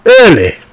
Early